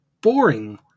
boring